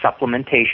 supplementation